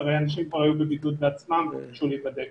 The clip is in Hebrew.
כי הרי אנשים כבר היו בבידוד בעצמם וביקשו להיבדק.